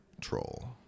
Troll